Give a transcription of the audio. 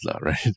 right